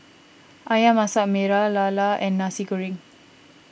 Ayam Masak Merah Lala and Nasi Goreng